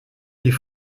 die